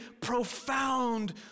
profound